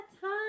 time